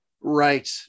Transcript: Right